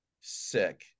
sick